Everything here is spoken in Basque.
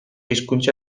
hizkuntza